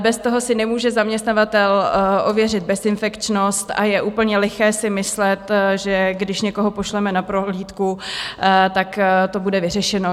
Bez toho si nemůže zaměstnavatel ověřit bezinfekčnost a je úplně liché si myslet, že když někoho pošleme na prohlídku, tak to bude vyřešeno.